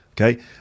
Okay